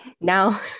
Now